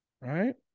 right